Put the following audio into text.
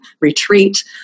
retreat